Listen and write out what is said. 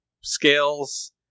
scales